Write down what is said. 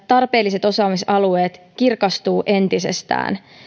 tarpeelliset osaamisalueet kirkastuvat entisestään